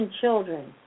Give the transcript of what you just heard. children